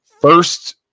First